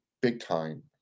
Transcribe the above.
big-time